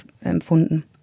empfunden